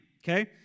okay